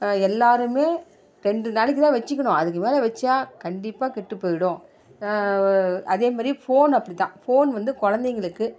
எல்லாேருமே ரெண்டு நாளைக்கு தான் வச்சுக்குணும் அதுக்கு மேலே வைச்சா கண்டிப்பாக கெட்டு போயிடும் அதே மாரி ஃபோன் அப்படி தான் போன் வந்து குழந்தைங்களுக்கு